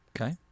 okay